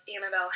Annabelle